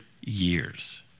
years